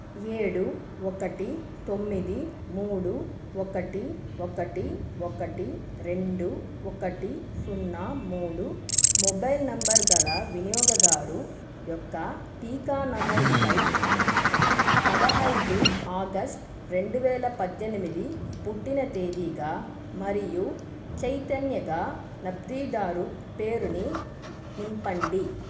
ఏడు ఒకటి తొమ్మిది మూడు ఒకటి ఒకటి ఒకటి రెండు ఒకటి సున్నా మూడు మొబైల్ నంబరు గల వినియోగదారు యొక్క టీకా నమోదుకై పదహైదు ఆగస్ట్ రెండు వేల పద్దెనిమిది పుట్టిన తేదీగా మరియు చైతన్యగా లబ్ధిదారు పేరుని నింపండి